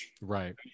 Right